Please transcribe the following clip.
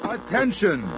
Attention